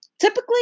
typically